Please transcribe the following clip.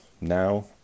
now